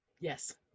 Yes